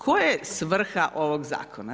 Koja je svrha ovog zakona?